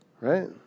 right